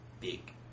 big